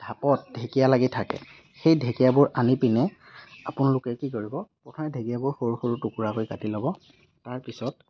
ঢাপত ঢেঁকীয়া লাগি থাকে সেই ঢেঁকীয়াবোৰ আনি পিনে আপোনালোকে কি কৰিব প্ৰথমে ঢেকীয়াবোৰ সৰু সৰু টুকুৰা কৰি কাটি ল'ব তাৰ পিছত